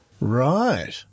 Right